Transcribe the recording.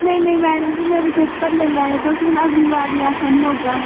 नेईं नेईं मैडम जी मेरे पेपर लेई लैएओ तुस हून अगली बारी ऐसा नेईं होगा